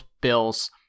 Bills